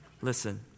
Listen